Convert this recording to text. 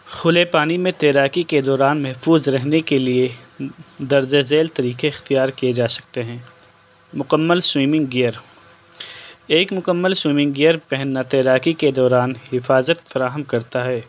کھلے پانی میں تیراکی کے دوران محفوظ رہنے کے لیے درجہ ذیل طریقے اختیار کیے جا سکتے ہیں مکمل سوئمنگ گیئر ایک مکمل سوئمنگ گیئر پہننا تیراکی کے دوران حفاظت فراہم کرتا ہے